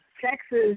Texas